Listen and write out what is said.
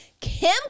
Kim